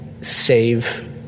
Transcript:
save